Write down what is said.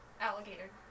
Alligator